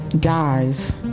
guys